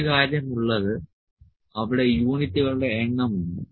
ഒരു കാര്യം ഉള്ളത് അവിടെ യൂണിറ്റുകളുടെ എണ്ണം ഉണ്ട്